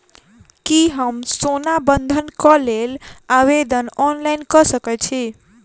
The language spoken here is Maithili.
की हम सोना बंधन कऽ लेल आवेदन ऑनलाइन कऽ सकै छी?